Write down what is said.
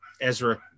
Ezra